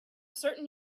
certain